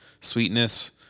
sweetness